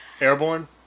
airborne